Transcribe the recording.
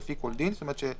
לפי כל דין: זאת אומרת,